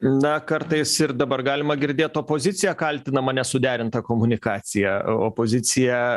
na kartais ir dabar galima girdėt opozicija kaltinama nesuderinta komunikacija opozicija